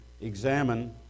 examine